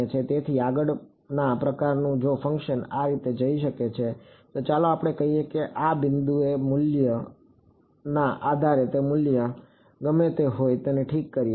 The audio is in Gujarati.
તેથી આગળના પ્રકારનું જો ફંક્શન આ રીતે જઈ શકે તો ચાલો આપણે કહીએ કે આ બિંદુએ મૂલ્યના આધારે તે મૂલ્ય ગમે તે હોય તેને ઠીક કરીએ